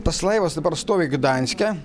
tas laivas dabar stovi gdanske